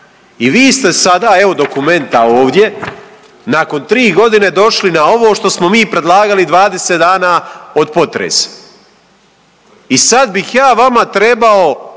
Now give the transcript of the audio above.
I vi ste sada, evo dokumenta ovdje nakon tri godine došli na ovo što smo mi predlagali 20 dana od potresa. I sad bih ja vama trebao